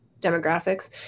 demographics